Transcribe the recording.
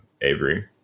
Avery